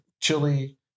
Chili